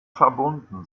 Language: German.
verbunden